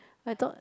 I thought